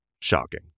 shocking